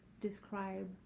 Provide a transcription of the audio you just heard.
describe